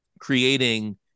creating